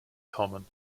common